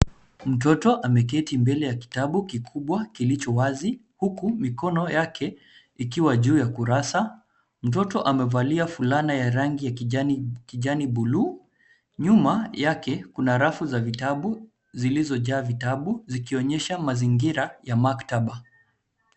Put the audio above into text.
Mtoto ameketi mbele ya kitabu kikubwa kilicho wazi uku mikono yake ikiwa juu ya kurasa. Mtoto amevalia fulana ya rangi ya kijani buluu. Nyuma yake, kuna rafu za vitabu zilizojaa vitabu zikionyesha mazingira ya maktaba.